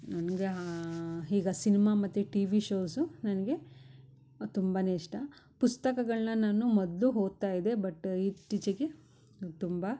ನನಗೆ ಹಾ ಹೀಗೆ ಸಿನಿಮಾ ಮತ್ತು ಟಿವಿ ಶೋಸು ನನಗೆ ತುಂಬನೆ ಇಷ್ಟ ಪುಸ್ತಕಗಳನ್ನ ನಾನು ಮೊದಲು ಓದ್ತಯಿದೆ ಬಟ್ ಇತ್ತೀಚೆಗೆ ಅದು ತುಂಬಾ